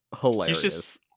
hilarious